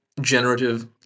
generative